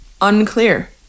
Unclear